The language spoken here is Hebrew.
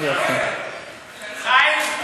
חיים,